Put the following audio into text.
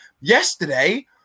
yesterday